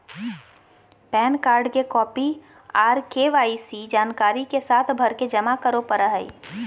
pan card के copy आर KYC जानकारी के साथ भरके जमा करो परय हय